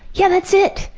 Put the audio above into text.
yeah, that's it.